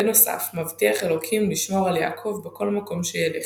בנוסף מבטיח אלוהים לשמור על יעקב בכל מקום שילך,